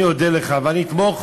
אני אודה לך ואני אתמוך,